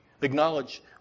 acknowledge